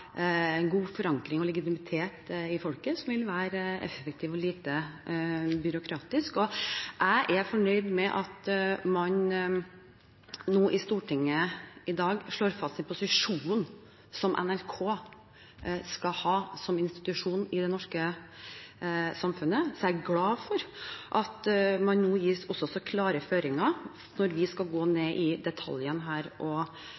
en god forankring og legitimitet i folket, og som vil være effektiv og lite byråkratisk. Jeg er fornøyd med at man nå i Stortinget i dag slår fast den posisjonen som NRK skal ha som institusjon i det norske samfunnet, og jeg er glad for at det nå også gis så klare føringer når vi skal gå inn i detaljene her og